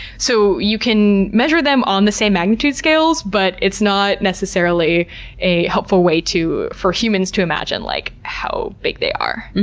so, you can measure them on the same magnitude scales, but it's not necessarily a helpful way for humans to imagine like how big they are.